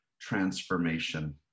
transformation